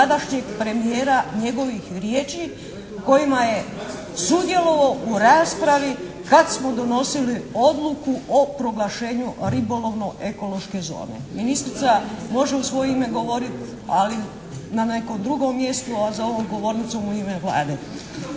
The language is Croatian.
tadašnjeg premijera, njegovih riječi kojima je sudjelovao u raspravi kad smo donosili odluku o proglašenju ribolovno-ekološke zone. Ministrica može u svoje ime govorit, ali na nekom drugom mjestu, a za ovom govornicom u ime Vlade.